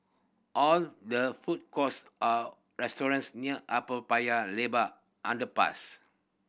are there food courts restaurants near Upper Paya Lebar Underpass